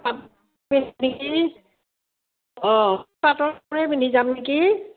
পাটৰ কাপোৰ পিন্ধি যাম নেকি অঁ পাটৰ কাপোৰেই পিন্ধি যাম নেকি